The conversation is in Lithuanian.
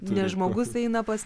ne žmogus eina pas